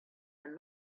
and